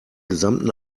gesamten